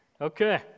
Okay